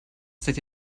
seid